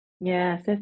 Yes